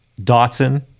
Dotson